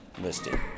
listed